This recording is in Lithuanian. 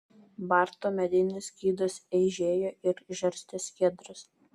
barto medinis skydas eižėjo ir žarstė skiedras